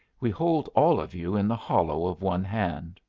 we hold all of you in the hollow of one hand.